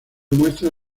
muestra